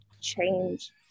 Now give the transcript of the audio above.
change